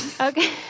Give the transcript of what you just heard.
Okay